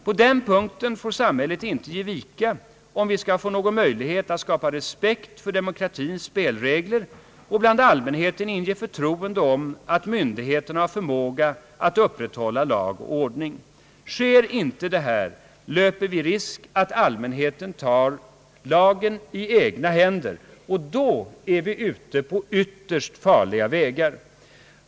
På den punkten får samhället inte ge vika, om vi skall ha någon möjlighet att skapa respekt för demokratins spelregler och bland allmänheten inge förtroende för att myndigheterna har förmåga att upprätthålla lag och ordning. Sker inte detta löper vi risken att allmänheten tar lagen i egna händer, och då är vi ute på ytterst farliga vägar.